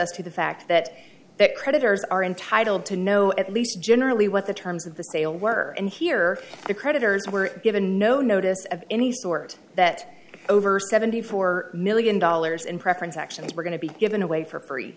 us to the fact that creditors are entitled to know at least generally what the terms of the sale were and here the creditors were given no notice of any sort that over seventy four million dollars in preference actions were going to be given away for free